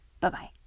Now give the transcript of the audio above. Bye-bye